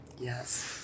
Yes